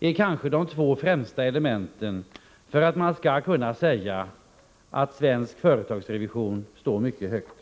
är kanske de två främsta elementen för att man skall kunna säga att svensk företagsrevision står mycket högt.